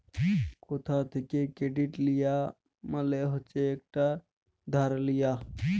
কথা থ্যাকে কেরডিট লিয়া মালে হচ্ছে টাকা ধার লিয়া